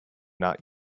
not